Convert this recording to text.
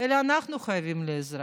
אלא אנחנו חייבים לאזרח,